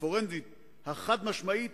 הפורנזית החד-משמעית